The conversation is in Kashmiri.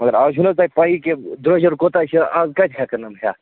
مگر اَز چھُنہٕ حظ تۅہہِ پیٖی کہِ درٛۄجَر کوٗتاہ چھُ اَز کَتہِ ہیٚکَن یِم ہیٚتھ